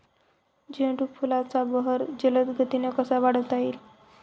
झेंडू फुलांचा बहर जलद गतीने कसा वाढवता येईल?